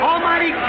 Almighty